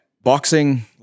boxing